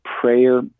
prayer